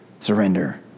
surrender